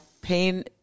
pain